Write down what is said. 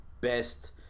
best